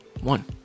One